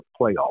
playoff